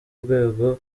urwego